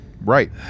Right